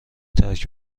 ترک